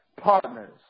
partners